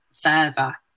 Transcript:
further